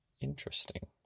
interesting